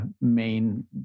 main